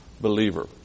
believer